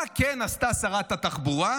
מה כן עשתה שרת התחבורה?